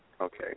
okay